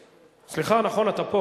לא, אני נמצא.